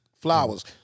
Flowers